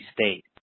State